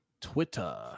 twitter